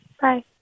Bye